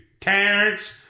terrence